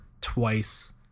twice